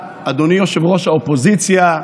אדוני ראש האופוזיציה,